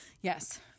Yes